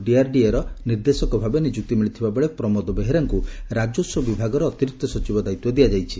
ଡିଆର୍ଡିଏର ନିର୍ଦ୍ଦେଶକ ଭାବେ ନିଯୁକ୍ତି ମିଳିଥିବାବେଳେ ପ୍ରମୋଦ ବେହେରାଙ୍କୁ ରାଜସ୍ୱ ବିଭାଗର ଅତିରିକ୍ତ ସଚିବ ଦାୟିତ୍ୱ ଦିଆଯାଇଛି